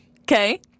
Okay